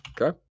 Okay